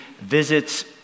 visits